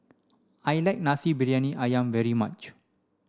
I like Nasi Briyani Ayam very much